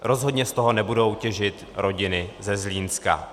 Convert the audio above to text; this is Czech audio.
Rozhodně z toho nebudou těžit rodiny ze Zlínska.